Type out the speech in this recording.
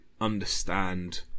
understand